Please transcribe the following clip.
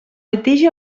litigi